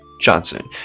Johnson